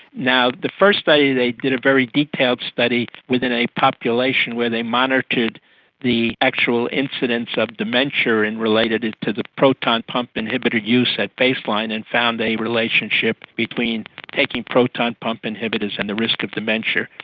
the first study they did a very detailed study within a population where they monitored the actual incidence of dementia and related it to the proton pump inhibitor use at baseline and found a relationship between taking proton pump inhibitors and the risk of dementia.